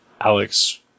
Alex